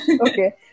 Okay